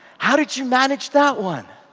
how did you manage that one?